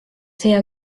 see